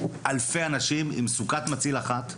אלפי אנשים עם סוכת מציל אחת,